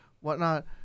whatnot